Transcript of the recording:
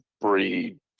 breed